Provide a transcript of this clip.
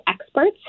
experts